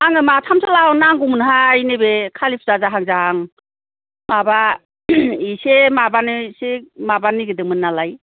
आङो माथामसो लाबो नांगौमोनहाय नैबे खालि फुजा जाहां जाहां माबा एसे माबानो एसे माबा नागिरदोंमोन नालाय